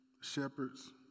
shepherds